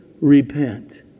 repent